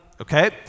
okay